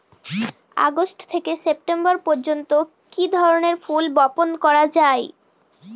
August থেকে September পর্যন্ত কি ধরনের ফুল বপন করা যায়?